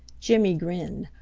jimmy grinned.